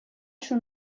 شون